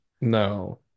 No